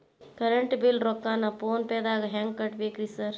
Current bill ರೊಕ್ಕಾನ phone ಪೇದಾಗ ಹೆಂಗ್ ಕಟ್ಟಬೇಕ್ರಿ ಸರ್?